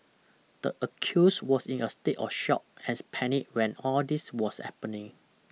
the accused was in a state of shock as panic when all this was happening